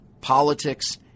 politics